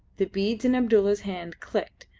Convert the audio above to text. the beads in abdulla's hand clicked,